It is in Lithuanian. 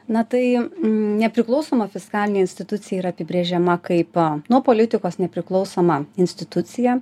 na tai nepriklausoma fiskalinė institucija yra apibrėžiama kaip nuo politikos nepriklausoma institucija